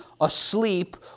asleep